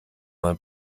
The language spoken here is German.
mal